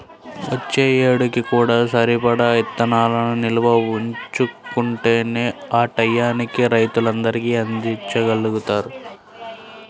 వచ్చే ఏడుకి కూడా సరిపడా ఇత్తనాలను నిల్వ ఉంచుకుంటేనే ఆ టైయ్యానికి రైతులందరికీ అందిచ్చగలుగుతారు